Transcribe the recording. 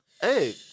Hey